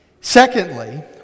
Secondly